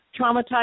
traumatized